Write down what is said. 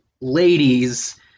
ladies